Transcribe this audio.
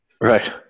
Right